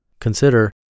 Consider